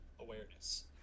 awareness